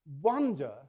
wonder